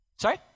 Sorry